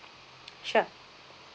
sure